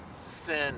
sin